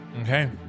Okay